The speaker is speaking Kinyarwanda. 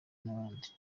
n’abandi